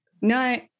No